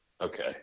Okay